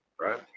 right